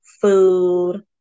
food